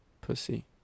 Pussy